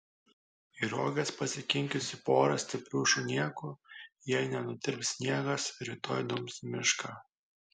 į roges pasikinkiusi porą stiprių šunėkų jei nenutirps sniegas rytoj dums į mišką